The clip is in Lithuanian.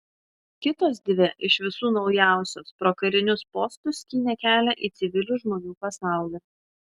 kitos dvi iš visų naujausios pro karinius postus skynė kelią į civilių žmonių pasaulį